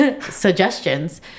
Suggestions